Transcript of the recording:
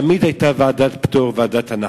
תמיד היתה ועדת פטור, ועדת הנחות.